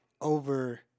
over